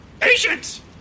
Patience